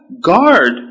guard